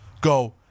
go